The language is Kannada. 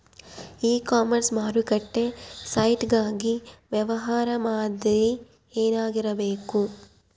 ಇ ಕಾಮರ್ಸ್ ಮಾರುಕಟ್ಟೆ ಸೈಟ್ ಗಾಗಿ ವ್ಯವಹಾರ ಮಾದರಿ ಏನಾಗಿರಬೇಕು?